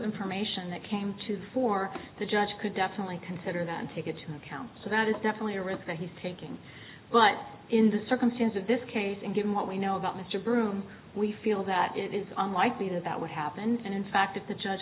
information that came to for the judge could definitely consider then take into account so that is definitely a risk that he's taking but in the circumstance of this case and given what we know about mr broom we feel that it is unlikely that would happen and in fact if the judge